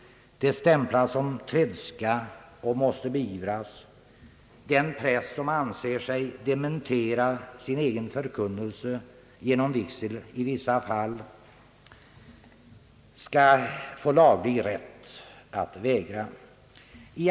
Det stämplas som tredska och måste beivras. Den präst som anser sig dementera sin egen förkunnelse genom vigsel i vissa fall skall få laglig rätt att vägra vigsel.